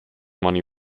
money